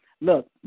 Look